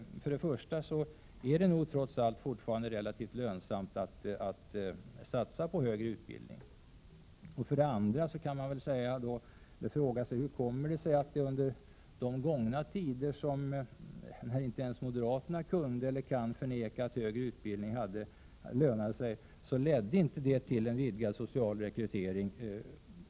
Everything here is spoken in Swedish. För det - första är det nog trots allt fortfarande relativt lönsamt att satsa på högre Urvalm.m. tillhögutbildning. För det andra kan man ju fråga sig hur det kommer sig att det — SKoleutbildning under de gångna tider när inte ens moderaterna kan förneka att högre utbildning lönade sig detta inte ledde till en vidgad social rekrytering.